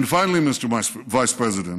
And finally, Mr. Vice President,